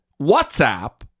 WhatsApp